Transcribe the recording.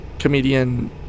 comedian